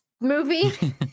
movie